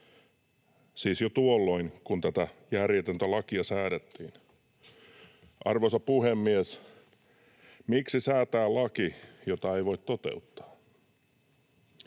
siis jo tuolloin, kun tätä järjetöntä lakia säädettiin. Arvoisa puhemies! Miksi säätää laki, jota ei voi toteuttaa?